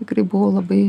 tikari buvau labai